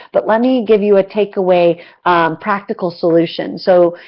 but, let me give you a take away practical solution. so,